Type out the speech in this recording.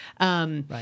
Right